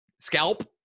scalp